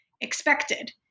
expected